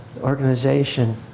organization